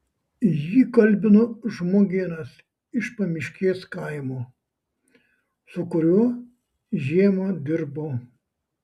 jį kalbino žmogėnas iš pamiškės kaimo su kuriuo žiemą dirbo